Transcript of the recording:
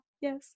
yes